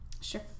Sure